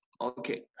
Okay